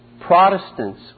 Protestants